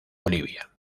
bolivia